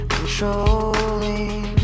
Controlling